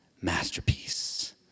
masterpiece